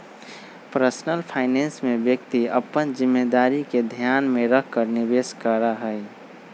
personal finance में व्यक्ति अपन जिम्मेदारी के ध्यान में रखकर निवेश करा हई